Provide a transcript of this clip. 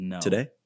today